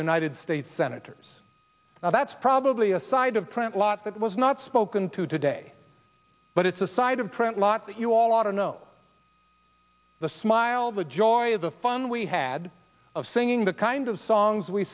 united states senators well that's probably a side of trent lott that was not spoken to today but it's a side of trent lott that you all oughta know the smile the joy of the fun we had of singing the kind of songs we